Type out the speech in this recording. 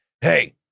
hey